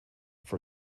for